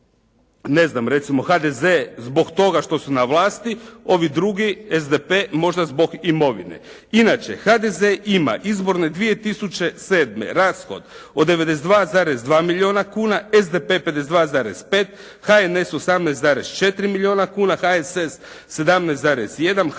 ne znam recimo HDZ zbog toga što su na vlasti. Ovi drugi SDP možda zbog imovine. Inače HDZ ima izborne 2007. rashod od 92,2 milijuna kuna, SDP 52,5, HNS 18,4 milijuna kuna, HSS 17,1, HSU 5,4,